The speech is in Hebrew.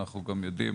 אנחנו גם יודעים,